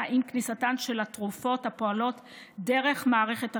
עם כניסתן של תרופות הפועלות דרך מערכת החיסון,